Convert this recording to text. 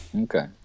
Okay